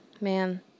man